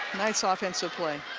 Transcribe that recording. nice ah offensive play.